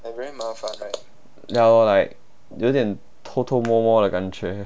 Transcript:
ya lor like 有点偷偷摸摸的感觉